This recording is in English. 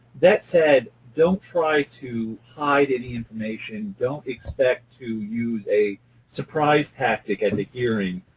that said, don't try to hide any information, don't expect to use a surprise tactic at the hearing.